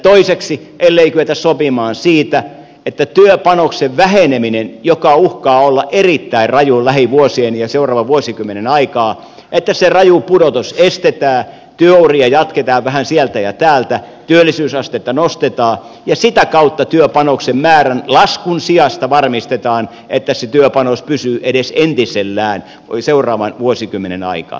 toiseksi on kyettävä sopimaan siitä että työpanoksen väheneminen joka uhkaa olla erittäin raju lähivuosien ja seuraavan vuosikymmenen aikaan se raju pudotus estetään työuria jatketaan vähän sieltä ja täältä työllisyysastetta nostetaan ja sitä kautta työpanoksen määrän laskun sijasta varmistetaan että se työpanos pysyy edes entisellään seuraavan vuosikymmenen aikaan